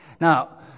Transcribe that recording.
Now